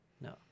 No